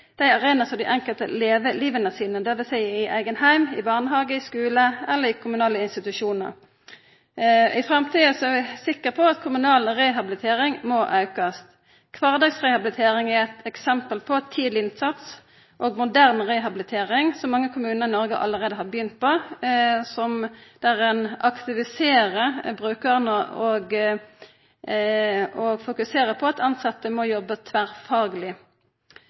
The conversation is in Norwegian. dei arenaene som dei enkelte lever livet sitt – det vil seia i eigen heim, i barnehage, i skule eller i kommunale institusjonar. I framtida er eg sikker på at kommunal rehabilitering må aukast. Kvardagsrehabilitering er eit eksempel på tidleg innsats og moderne rehabilitering. Dette er noko som mange kommunar i Noreg allereie har begynt med, der ein aktiviserer brukarane og fokuserer på at tilsette må